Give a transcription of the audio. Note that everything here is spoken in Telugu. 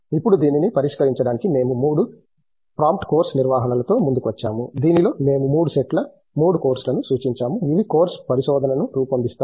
ఇప్పుడు దీనిని పరిష్కరించడానికి మేము మూడు ప్రాంప్ట్ కోర్సు నిర్మాణాలతో ముందుకు వచ్చాము దీనిలో మేము మూడు సెట్ల మూడు కోర్సులను సూచించాము ఇవి కోర్సు పరిశోధనను రూపొందిస్తాయి